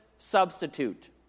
substitute